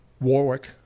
warwick